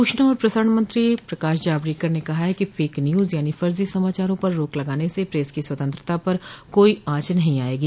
सूचना और प्रसारण मंत्री प्रकाश जावड़ेकर ने कहा है कि फेक न्यूज यानी फर्जी समाचारों पर रोक लगाने से प्रेस की स्वतंत्रता पर कोई आंच नहीं आएगी